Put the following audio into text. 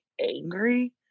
angry